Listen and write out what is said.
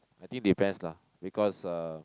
I think depends lah because uh